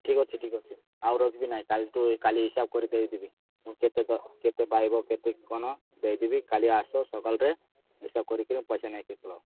ଠିକ୍ ଅଛି ଠିକ୍ ଅଛି ଆଉ ରଖିବି ନାହିଁ କାଲିଠୁ କାଲି ହିସାବ କରି ଦେଇଦେବି କେତେଦ କେତେ ପାଇବ କେତେ କ'ଣ ଦେଇଦେବି କାଲି ଆସ ସକାଳରେ ହିସାବ କରିକିରି ପଇସା ନେଇକି ପଲାଅ